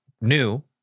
new